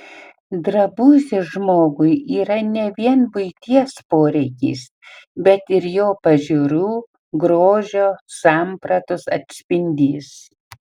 drabužis žmogui yra ne vien buities poreikis bet ir jo pažiūrų grožio sampratos atspindys